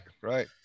right